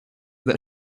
that